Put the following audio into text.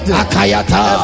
akayata